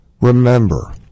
remember